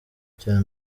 cya